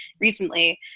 recently